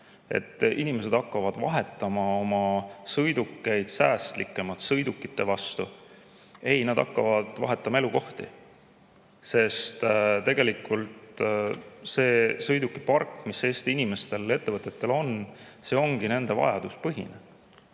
inimesed hakkavad vahetama oma sõidukeid säästlikumate sõidukite vastu. Ei, nad hakkavad vahetama elukohti. Sest tegelikult see sõidukipark, mis Eesti inimestel ja ettevõtetel on, ongi nende vajaduste põhine